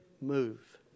Move